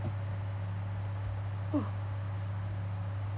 oh